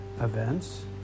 events